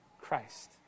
Christ